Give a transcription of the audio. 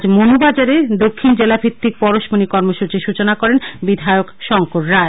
আজ মনুবাজারে দক্ষিণ জেলাভিত্তিক পরশমণি কর্মসূচির সূচনা করেন বিধায়ক শংকর রায়